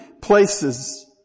places